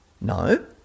No